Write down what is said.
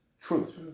truth